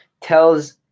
tells